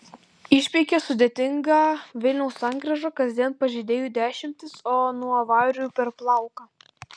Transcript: išpeikė sudėtingą vilniaus sankryžą kasdien pažeidėjų dešimtys o nuo avarijų per plauką